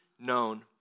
known